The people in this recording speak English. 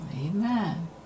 Amen